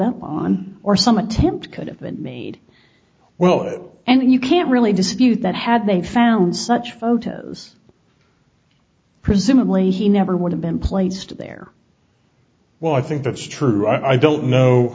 up on or some attempt could have been made well and you can't really dispute that had they found such photos presumably he never would have been placed there well i think that's true i don't know